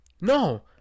No